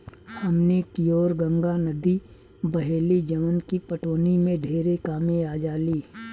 हमनी कियोर गंगा नद्दी बहेली जवन की पटवनी में ढेरे कामे आजाली